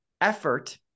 Effort